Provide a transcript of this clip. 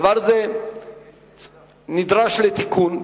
בדבר זה נדרש תיקון.